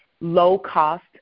low-cost